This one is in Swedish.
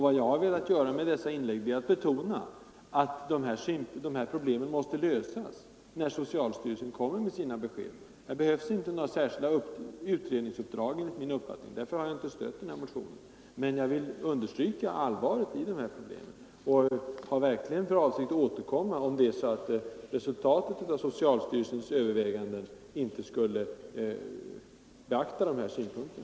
Vad jag har velat göra med mina inlägg är att betona att dessa problem måste lösas när socialstyrelsen kommer med sina besked. Det behövs enligt min uppfattning inte några särskilda utredningsuppdrag. Därför har jag inte stött den här motionen. Men jag vill understryka allvaret i problemen, och jag har verkligen för avsikt att återkomma, om resultatet av socialstyrelsens överväganden skulle visa att man inte beaktar de här synpunkterna.